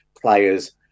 players